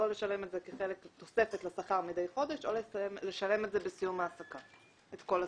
או לשלם את זה כתוספת לשכר מדי חודש או לשלם בסיום ההעסקה את כל הסכום.